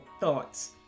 thoughts